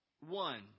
one